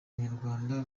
abanyarwanda